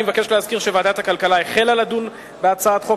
אני מבקש להזכיר שוועדת הכלכלה החלה לדון בהצעת חוק